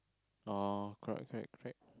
oh correct correct correct